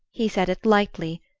he said it lightly,